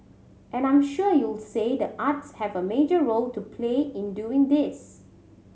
and I'm sure you say the arts have a major role to play in doing this